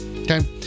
Okay